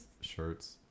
shirts